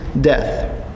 death